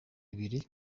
ibiri